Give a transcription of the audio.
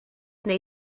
wnei